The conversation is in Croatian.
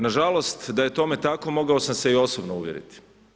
Nažalost da je tome tako, mogao sam se i osobno uvjeriti.